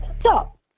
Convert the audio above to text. Stop